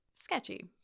sketchy